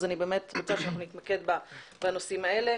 אז אני באמת רוצה שאנחנו נתמקד בנושאים האלה.